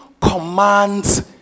commands